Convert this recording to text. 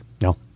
No